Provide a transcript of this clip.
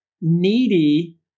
needy